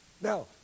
Now